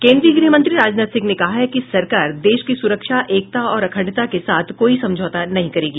केन्द्रीय गृहमंत्री राजनाथ सिंह ने कहा है कि सरकार देश की सुरक्षा एकता और अखंडता के साथ कोई समझौता नहीं करेगी